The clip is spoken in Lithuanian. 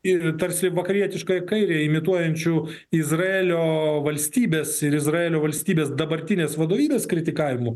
ir tarsi vakarietiškąją kairę imituojančiu izraelio valstybės ir izraelio valstybės dabartinės vadovybės kritikavimu